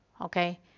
Okay